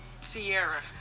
Sierra